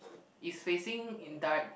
is facing in direct